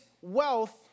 wealth